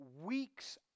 weeks